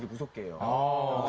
look at? ah